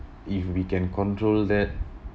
if we can control that